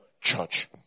church